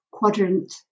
Quadrant